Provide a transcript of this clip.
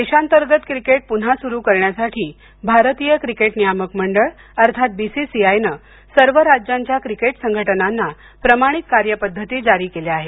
देशांतर्गत क्रिकेट पुन्हा सुरु करण्यासाठी भारतीय क्रिकेट नियामक मंडळ अर्थात बी सी सी आय नं सर्व राज्यांच्या क्रिकेट संघटनांना प्रमाणित कार्य पद्धती जारी केल्या आहेत